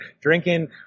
drinking